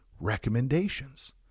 recommendations